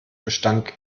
gestank